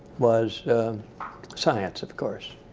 was science, of course.